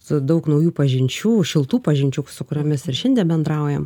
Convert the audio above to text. su daug naujų pažinčių šiltų pažinčių su kuriomis ir šiandien bendraujam